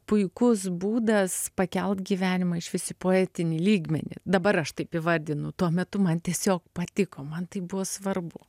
puikus būdas pakelt gyvenimą išvis į poetinį lygmenį dabar aš taip įvrdinu tuo metu man tiesiog patiko man tai buvo svarbu